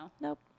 Nope